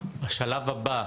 השלב הבא,